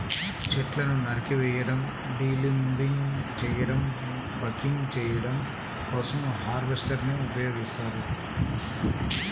చెట్లను నరికివేయడం, డీలింబింగ్ చేయడం, బకింగ్ చేయడం కోసం హార్వెస్టర్ ని ఉపయోగిస్తారు